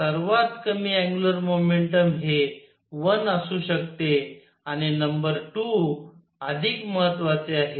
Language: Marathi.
तर सर्वात कमी अँग्युलर मोमेंटम हे 1 असू शकते आणि नंबर 2 अधिक महत्त्वाचे आहे